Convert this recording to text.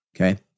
Okay